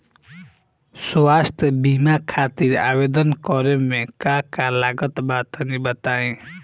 स्वास्थ्य बीमा खातिर आवेदन करे मे का का लागत बा तनि बताई?